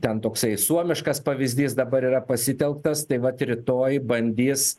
ten toksai suomiškas pavyzdys dabar yra pasitelktas tai vat rytoj bandys